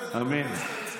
אמן.